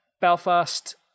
Belfast